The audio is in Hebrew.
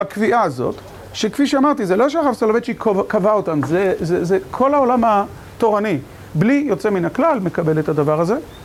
הקביעה הזאת, שכפי שאמרתי, זה לא שהרב סולובייצ'יק קבע אותן, זה כל העולם התורני בלי יוצא מן הכלל מקבל את הדבר הזה.